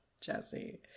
Jesse